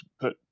put